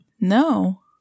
No